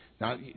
Now